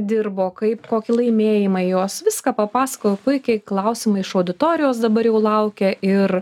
dirbo kaip kokį laimėjimą jos viską papasakojo puikiai klausimai iš auditorijos dabar jau laukia ir